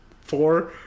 Four